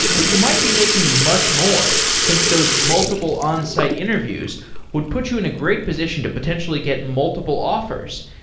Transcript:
but you might be making much more, since those multiple on-site interviews would put you in a great position to potentially get multiple offers.